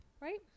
Right